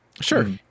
Sure